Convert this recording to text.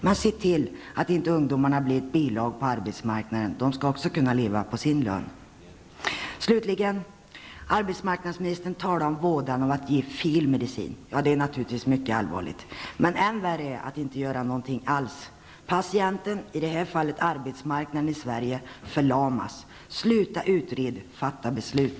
Men se till att ungdomarna inte blir ett bihang på arbetsmarknaden! De skall också kunna leva på sin lön. Slutligen talar arbetsmarknadsministern om vådan av att ge fel medicin. Det är naturligtvis mycket allvarligt, men än värre är att inte göra något alls. Patienten, i det här fallet arbetsmarknaden i Sverige, förlamas. Sluta utreda, fatta beslut!